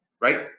right